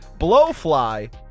Blowfly